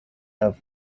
have